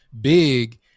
big